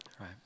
right